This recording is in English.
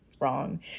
wrong